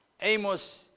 Amos